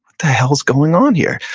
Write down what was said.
the hell is going on here?